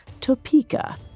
Topeka